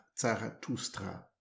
Zarathustra